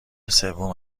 سوم